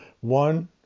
One